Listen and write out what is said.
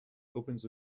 opens